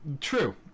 True